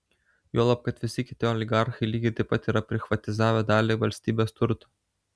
juolab kad visi kiti oligarchai lygiai taip pat yra prichvatizavę dalį valstybės turto